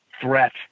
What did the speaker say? threat